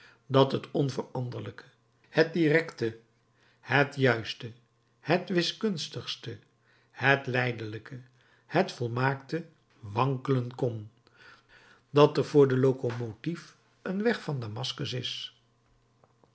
dat het onveranderlijke het directe het juiste het wiskunstige het lijdelijke het volmaakte wankelen kon dat er voor de locomotief een weg van damaskus is